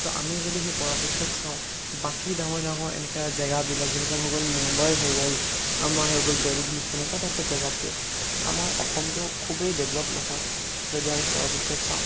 তো আমি যদি সেই পৰাপক্ষত চাওঁ বাকী ডাঙৰ ডাঙৰ এনেকুৱা জেগাবিলাক যেনেকৈ মই ক'লোঁ মুম্বাই হৈ গ'ল আমাৰ হৈ গ'ল দিল্লী সেনেকুৱা টাইপৰ জেগাতকৈ আমাৰ অসমটো খুবেই ডেভেলপ নহয় যদি আমি পৰাপক্ষত চাওঁ